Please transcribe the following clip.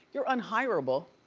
you're unhireable.